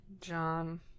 John